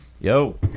Yo